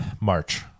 March